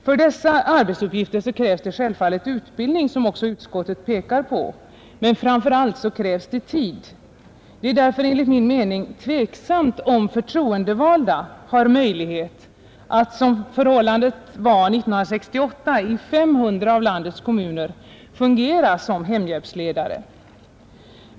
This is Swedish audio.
För dessa arbetsuppgifter krävs det självfallet utbildning — som också utskottet pekar på — men framför allt krävs det tid. Det är därför enligt min mening tveksamt om förtroendevalda har möjlighet att — som förhållandet var 1968 i 500 av landets kommuner — fungera som hemhjälpsledare.